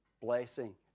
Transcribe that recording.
blessing